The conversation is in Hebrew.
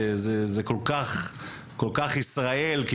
זה כל-כך ישראל.